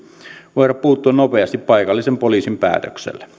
voida puuttua nopeasti paikallisen poliisin päätöksellä